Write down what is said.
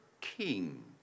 king